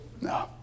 no